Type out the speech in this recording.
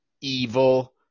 evil